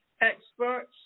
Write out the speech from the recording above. experts